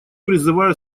призываю